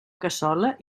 cassola